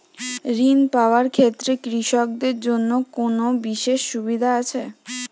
ঋণ পাওয়ার ক্ষেত্রে কৃষকদের জন্য কোনো বিশেষ সুবিধা আছে?